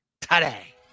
today